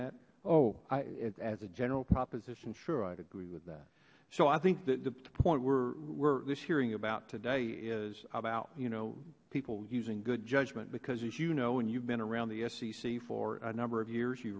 that oh i it as a general proposition sure i agree with that so i think that the point where were this hearing about today is about you know people using good judgment because as you know and you've been around the sec for a number of years you